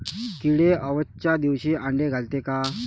किडे अवसच्या दिवशी आंडे घालते का?